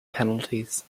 penalties